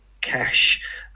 cash